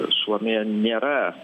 suomija nėra